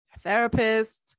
therapist